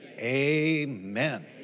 Amen